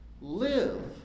Live